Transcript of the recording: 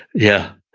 yeah.